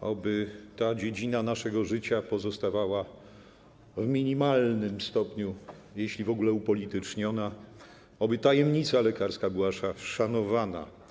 oby ta dziedzina naszego życia pozostawała w minimalnym stopniu, jeśli w ogóle, upolityczniona, oby tajemnica lekarska była szanowana.